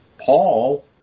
Paul